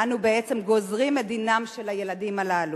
אנו בעצם גוזרים את דינם של הילדים הללו.